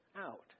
out